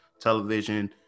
television